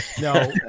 No